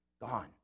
gone